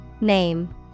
Name